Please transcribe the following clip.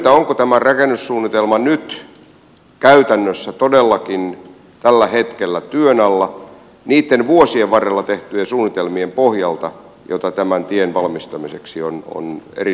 onko tämä rakennussuunnitelma nyt käytännössä todellakin tällä hetkellä työn alla niitten vuosien varrella tehtyjen suunnitelmien pohjalta jota tämän tien valmistamiseksi on eri suunnilla summailtu